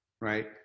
Right